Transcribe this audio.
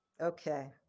Okay